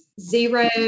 Zero